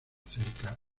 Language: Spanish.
acerca